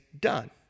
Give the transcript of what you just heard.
done